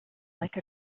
like